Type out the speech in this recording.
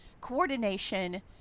coordination